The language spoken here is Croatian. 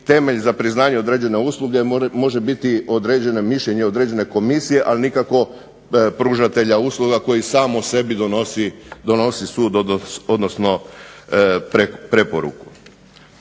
temelj za priznanje određene usluge, može biti određeno mišljenje određene komisije, ali nikako pružatelja usluga koji sam o sebi donosi sud odnosno preporuku.